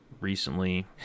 recently